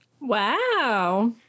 Wow